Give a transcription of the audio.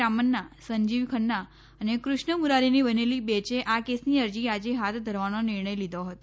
રામન્ના સંજીવ ખન્ના અને કૃષ્ણ મુરારીની બનેલી બેંચે આ કેસની અરજી આજે હાથ ધરવાનો નિર્ણય લીધો હતો